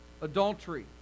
Adultery